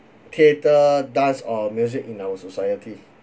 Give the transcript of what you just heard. theatre dance or music in our society